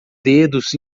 dedos